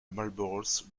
marlborough